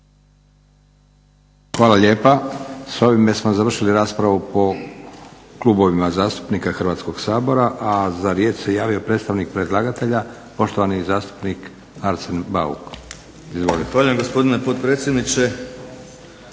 Hvala lijepa. S ovime smo završili raspravu po klubovima zastupnika Hrvatskoga sabora. Za riječ se javio predstavnik predlagatelja, poštovani zastupnik Arsen Bauk. Izvolite. **Bauk, Arsen